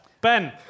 Ben